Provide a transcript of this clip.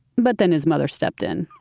but then his mother stepped in